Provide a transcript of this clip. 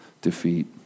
defeat